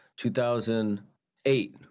2008